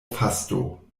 fasto